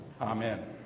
Amen